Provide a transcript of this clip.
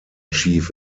chief